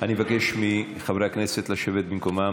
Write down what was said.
אני מבקש מחברי הכנסת לשבת במקומם.